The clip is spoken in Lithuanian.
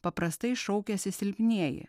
paprastai šaukiasi silpnieji